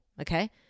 okay